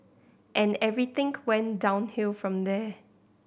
and everything went downhill from there